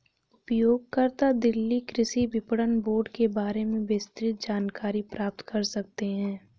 उपयोगकर्ता दिल्ली कृषि विपणन बोर्ड के बारे में विस्तृत जानकारी प्राप्त कर सकते है